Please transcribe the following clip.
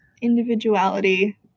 individuality